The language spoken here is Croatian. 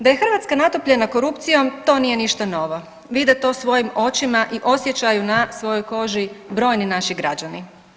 Da je Hrvatska natopljena korupcijom to nije ništa novo, vide to svojim očima i osjećaju na svojoj koži brojni naši građani.